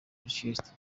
leicester